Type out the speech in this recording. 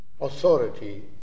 authority